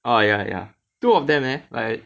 orh ya ya two of them leh like